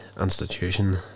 institution